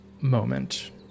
moment